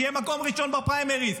שיהיה מקום ראשון בפריימריז.